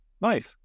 Nice